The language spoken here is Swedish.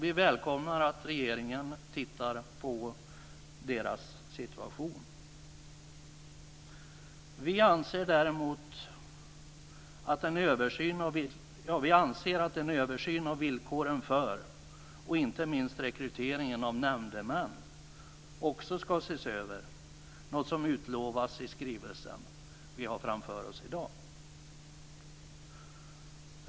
Vi välkomnar att regeringen ska se över deras situation. Vi anser också att villkoren för och inte minst rekryteringen av nämndemän ska ses över - något som utlovas i den skrivelse som vi har framför oss i dag.